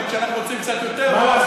רק שאנחנו רוצים קצת יותר אור.